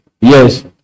Yes